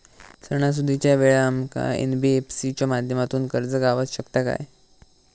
सणासुदीच्या वेळा आमका एन.बी.एफ.सी च्या माध्यमातून कर्ज गावात शकता काय?